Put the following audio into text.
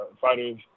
Fighters